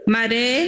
Mare